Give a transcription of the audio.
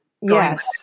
yes